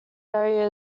area